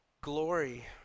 glory